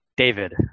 David